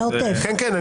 כן.